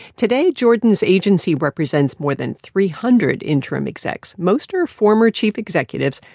today, jordan's agency represents more than three hundred interim execs. most are former chief executives,